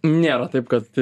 nėra taip kad